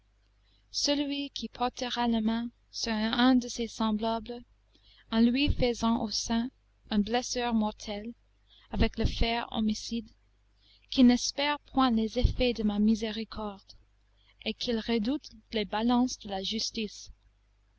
celui qui portera la main sur un de ses semblables en lui faisant au sein une blessure mortelle avec le fer homicide qu'il n'espère point les effets de ma miséricorde et qu'il redoute les balances de la justice